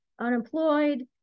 unemployed